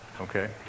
okay